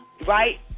right